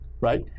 right